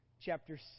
chapter